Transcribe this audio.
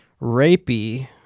rapey